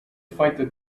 fighter